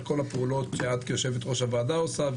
כל הפעולות שאת כיושבת ראש הוועדה עושה.